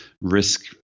risk